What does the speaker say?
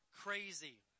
crazy